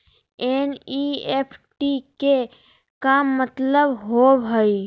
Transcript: NEFT के का मतलव होव हई?